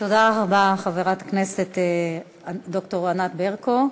תודה רבה, חברת הכנסת ד"ר ענת ברקו.